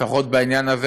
לפחות בעניין הזה,